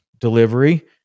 delivery